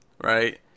right